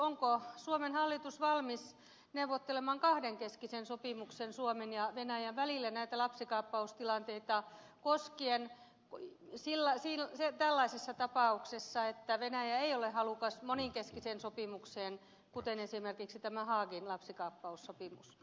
onko suomen hallitus valmis neuvottelemaan kahdenkeskisen sopimuksen suomen ja venäjän välillä näitä lapsikaappaustilanteita koskien tällaisessa tapauksessa että venäjä ei ole halukas monenkeskiseen sopimukseen kuten esimerkiksi tämä haagin lapsikaappaussopimus